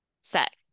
set